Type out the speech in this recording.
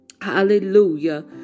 Hallelujah